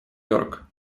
йорк